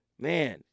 man